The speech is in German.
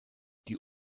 die